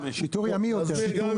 אוקיי.